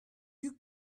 you